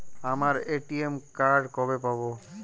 আমার ATM card কবে পাব?